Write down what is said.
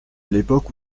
l’époque